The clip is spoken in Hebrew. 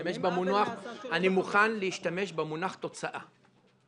אני מוכן להשתמש במונח "תוצאה".